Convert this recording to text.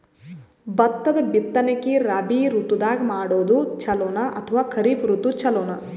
ಭತ್ತದ ಬಿತ್ತನಕಿ ರಾಬಿ ಋತು ದಾಗ ಮಾಡೋದು ಚಲೋನ ಅಥವಾ ಖರೀಫ್ ಋತು ಚಲೋನ?